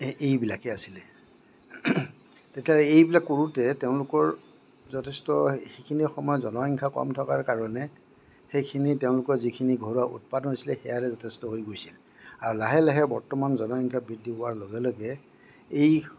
এ এই এইবিলাকে আছিল তেতিয়া হ'লে এইবিলাক কৰোঁতে তেওঁলোকৰ যথেষ্ট সে সেইখিনি সময়ত জনসংখ্য়া কম থকাৰ কাৰণে সেইখিনি তেওঁলোকৰ যিখিনি ঘৰুৱা উৎপাদন আছিলে সেয়াৰে যথেষ্ট হৈ গৈছিল আৰু লাহে লাহে বৰ্তমান জনসংখ্য়া বৃদ্ধি হোৱাৰ লগে লগে এই